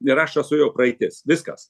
ir aš esu jau praeitis viskas